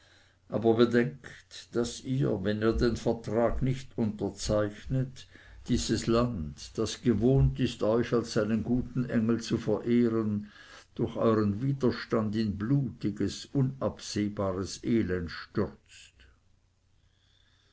aber bedenkt daß ihr wenn ihr den vertrag nicht unterzeichnet dieses land das gewohnt ist euch als seinen guten engel zu verehren durch euren widerstand in blutiges unabsehbares elend stürzt